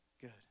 Good